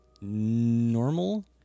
normal